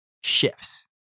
shifts